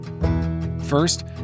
First